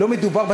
לא מדובר,